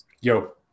yo